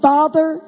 Father